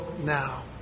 now